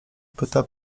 pyta